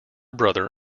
brother